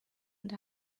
and